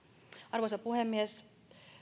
arvoisa puhemies